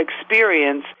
experience